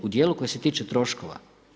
U dijelu koje se tiče troškova.